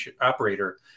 operator